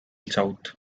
south